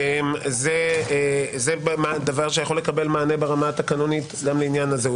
זה דבר שיכול לקבל מענה ברמה התקנונית גם לעניין הזה.